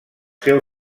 seu